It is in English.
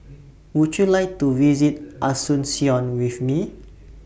Would YOU like to visit Asuncion with Me